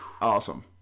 awesome